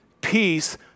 peace